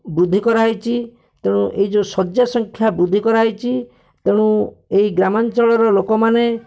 ବୃଦ୍ଧି କରାହୋଇଛି ତେଣୁ ଏହି ଯେଉଁ ଶଯ୍ୟା ସଂଖ୍ୟା ବୃଦ୍ଧି କରାହୋଇଛି ତେଣୁ ଏହି ଗ୍ରାମାଞ୍ଚଳର ଲୋକମାନେ